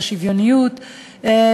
ביקשו ממני למשוך זמן.